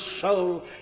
soul